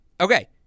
Okay